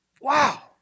Wow